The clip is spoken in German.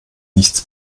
nichts